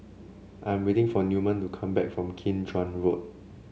I am waiting for Newman to come back from Kim Chuan Road